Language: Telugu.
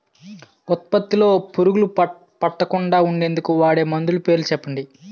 ఉత్పత్తి లొ పురుగులు పట్టకుండా ఉండేందుకు వాడే మందులు పేర్లు చెప్పండీ?